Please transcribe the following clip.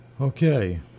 Okay